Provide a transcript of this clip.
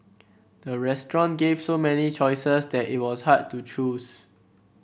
the restaurant gave so many choices that it was hard to choose